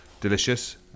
delicious